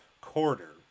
quarter